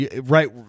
Right